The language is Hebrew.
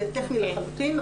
זה טכני לחלוטין.